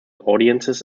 audiences